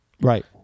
Right